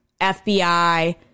FBI